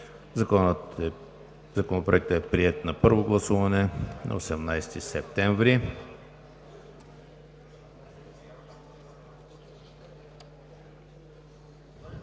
Законопроектът е приет на първо гласуване на 18 септември